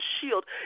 shield